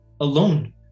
alone